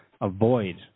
avoid